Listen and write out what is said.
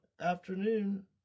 afternoon